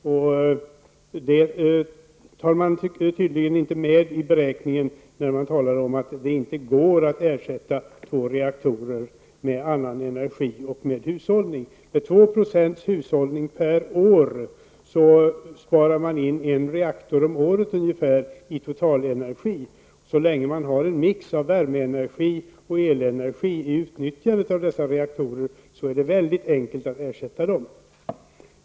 Det tar man tydligen inte med i beräkningen när man talar om att det inte går att ersätta två reaktorer med annan energi och med hushållning. Med 2 % hushållning per år sparar man in en reaktor om året ungefär i totalenergi. Så länge man har en mix av värmeenergi och elenergi i utnyttjandet av dessa reaktorer är det väldigt enkelt att ersätta dem.